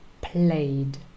played